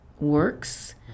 works